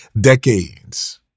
decades